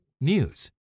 News